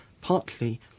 partly